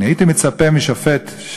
הייתי מצפה משופט,